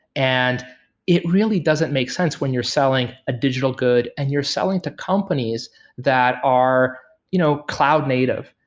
and it really doesn't make sense when you're selling a digital good and you're selling to companies that are you know cloud native,